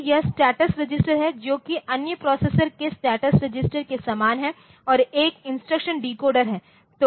तो यह स्टेटस रजिस्टरहै जो कि अन्य प्रोसेसर की स्टेटस रजिस्टर के समान है और एक इंस्ट्रक्शन डिकोडर है